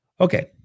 Okay